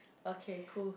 okay cool